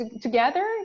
together